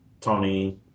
Tony